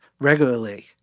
regularly